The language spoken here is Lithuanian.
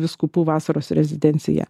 vyskupų vasaros rezidencija